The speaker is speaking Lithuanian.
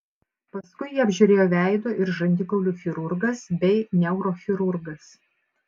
paskui jį apžiūrėjo veido ir žandikaulių chirurgas bei neurochirurgas